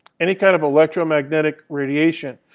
any kind of electromagnetic radiation.